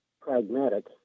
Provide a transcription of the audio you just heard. pragmatic